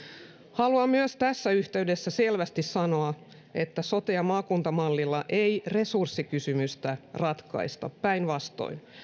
haluan myös tässä yhteydessä selvästi sanoa että sote ja maakuntamallilla ei resurssikysymystä ratkaista päinvastoin